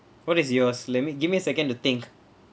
what is yours let me give me a second to think